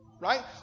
right